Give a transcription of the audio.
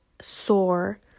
sore